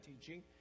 teaching